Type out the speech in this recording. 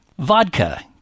Vodka